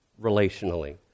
relationally